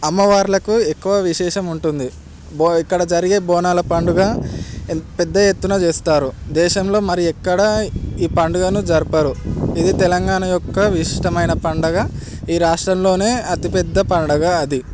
అమ్మవార్లకు ఎక్కువ విశేషం ఉంటుంది బో ఇక్కడ జరిగే బోనాల పండుగ పెద్ద ఎత్తున చేస్తారు దేశంలో మరి ఎక్కడా ఈ పండుగను జరపరు ఇది తెలంగాణ యొక్క విశిష్టమైన పండగ ఈ రాష్ట్రంలోనే అతిపెద్ద పండుగ అది